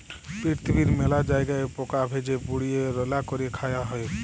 পিরথিবীর মেলা জায়গায় পকা ভেজে, পুড়িয়ে, রাল্যা ক্যরে খায়া হ্যয়ে